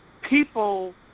People